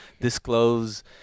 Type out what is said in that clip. disclose